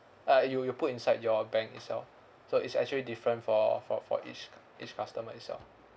uh you you put inside your bank itself so it's actually different for for for each cu~ each customer itself